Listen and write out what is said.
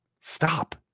Stop